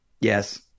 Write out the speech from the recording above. Yes